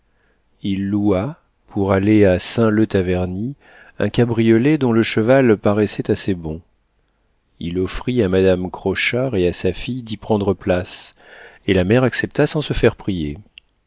il loua pour aller à saint leu taverny un cabriolet dont le cheval paraissait assez bon il offrit à madame crochard et à sa fille d'y prendre place et la mère accepta sans se faire prier